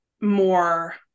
more